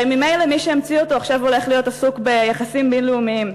הרי ממילא מי שהמציא אותו עכשיו הולך להיות עסוק ביחסים בין-לאומיים.